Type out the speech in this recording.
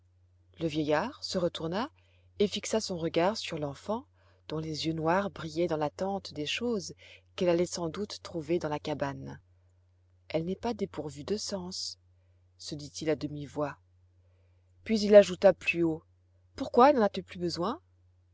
le vieillard se retourna et fixa son regard sur l'enfant dont les yeux noirs brillaient dans l'attente des choses qu'elle allait sans doute trouver dans la cabane elle n'est pas dépourvue de sens se dit-il à demi-voix puis il ajouta plus haut pourquoi n'en as-tu plus besoin